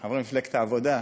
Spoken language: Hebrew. לחברי מפלגת העבודה: